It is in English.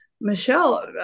Michelle